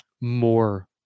more